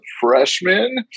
freshman